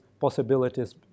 possibilities